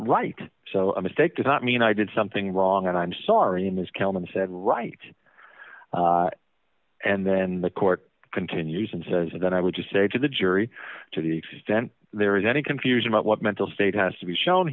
right a mistake does not mean i did something wrong and i'm sorry ms kelman said right and then the court continues and then i would just say to the jury to the extent there is any confusion about what mental state has to be shown